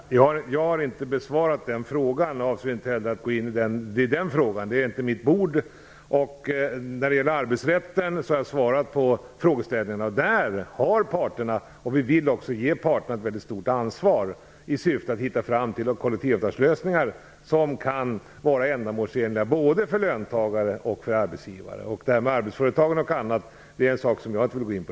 Fru talman! Jag har inte besvarat den frågan. Jag avser inte heller att gå in i den. Det är inte mitt bord. När det gäller arbetsrätten har jag svarat på frågeställningen. Där har parterna ett mycket stort ansvar - och vi vill också ge parterna det - i syfte att hitta fram till kollektivavtalslösningar som kan vara ändamålsenliga både för löntagare och arbetsgivare. Jag vill inte gå in på detta med arbetsföretagen nu.